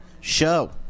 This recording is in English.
show